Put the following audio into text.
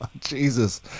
Jesus